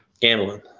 gambling